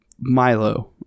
milo